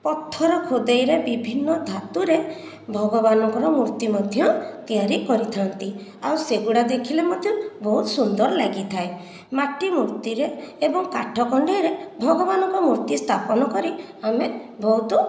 ପଥର ଖୋଦେଇରେ ବିଭିନ୍ନ ଧାତୁରେ ଭଗବାନଙ୍କର ମୂର୍ତ୍ତି ମଧ୍ୟ ତିଆରି କରିଥାନ୍ତି ଆଉ ସେଗୁଡ଼ିକ ଦେଖିଲେ ମୋତେ ବହୁତ ସୁନ୍ଦର ଲାଗିଥାଏ ମାଟିମୂର୍ତ୍ତିରେ ଏବଂ କାଠ ଖଣ୍ଡିରେ ଭଗବାନଙ୍କ ମୂର୍ତ୍ତି ସ୍ଥାପନ କରି ଆମେ ବହୁତ